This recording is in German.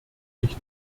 ich